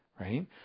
right